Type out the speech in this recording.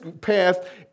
path